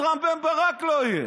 אז רם בן ברק לא יהיה.